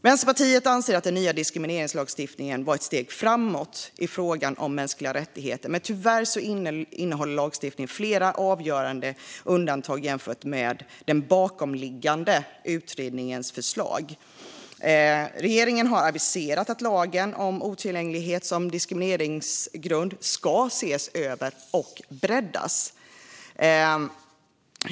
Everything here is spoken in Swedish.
Vänsterpartiet anser att den nya diskrimineringslagstiftningen var ett steg framåt i frågan om mänskliga rättigheter, men tyvärr innehåller lagstiftningen flera avgörande undantag jämfört med den bakomliggande utredningens förslag. Regeringen har aviserat att lagen om otillgänglighet som diskrimineringsgrund ska ses över och breddas.